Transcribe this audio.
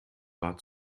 war